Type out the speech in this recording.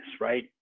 right